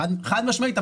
חד משמעית,